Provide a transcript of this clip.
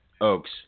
Oaks